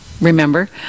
remember